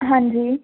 ਹਾਂਜੀ